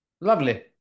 Lovely